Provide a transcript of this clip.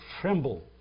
tremble